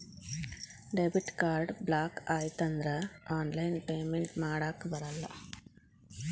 debit card block ಆಯ್ತಂದ್ರ online payment ಮಾಡಾಕಬರಲ್ಲ